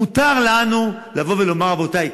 מותר לנו לבוא ולומר: רבותי,